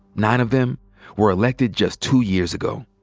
nine of them were elected just two years ago.